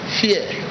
fear